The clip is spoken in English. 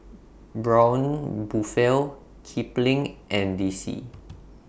Braun Buffel Kipling and D C